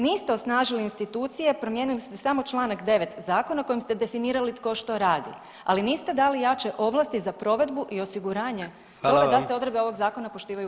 Niste osnažili institucije, promijenili ste samo čl. 9. zakona kojim ste definirali tko što radi, ali niste dali jače ovlasti za provedbu i osiguranje da se odredbe ovog zakona poštivaju u praksi.